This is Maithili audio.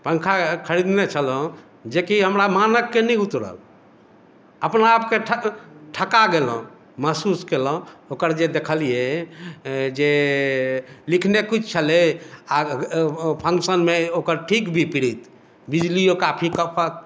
पङ्खा खरीदने छलहुँ जेकि हमरा मानकके नहि उतरल अपना आपके ठक ठका गेलहुँ महसूस केलहुँ ओकर जे देखलियै जे लिखने किछु छलै आ फंक्शनमे ओकर ठीक विपरीत बिजलिओ काफी खपत